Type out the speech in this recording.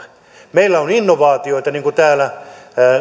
meillä on innovaatioita niin kuin täällä